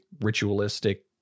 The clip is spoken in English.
ritualistic